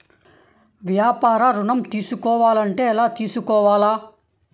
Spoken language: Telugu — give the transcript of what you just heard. వ్యాపార ఋణం తీసుకోవాలంటే ఎలా తీసుకోవాలా?